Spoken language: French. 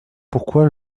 pourquoi